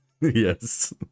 Yes